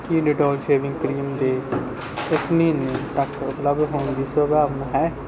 ਕੀ Dettol shaving cream ਦੇ ਇਸ ਮਹੀਨੇ ਤੱਕ ਉਪਲੱਬਧ ਹੋਣ ਦੀ ਕੋਈ ਸੰਭਾਵਨਾ ਹੈ